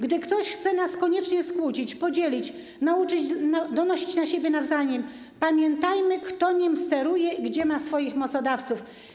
Gdy ktoś chce nas koniecznie skłócić, podzielić, nauczyć donosić na siebie nawzajem, pamiętajmy, kto nim steruje, gdzie ma swoich mocodawców.